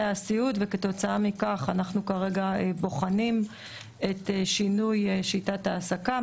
הסיעוד וכתוצאה מכך אנחנו כרגע בוחנים את שינוי שיטת העסקה,